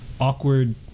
awkward